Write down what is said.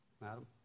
Madam